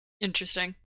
Interesting